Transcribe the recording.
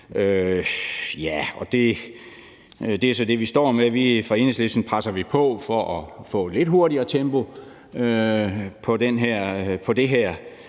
det er så det, vi står med. Fra Enhedslistens side presser vi på for at få et lidt højere tempo på det her,